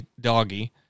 doggy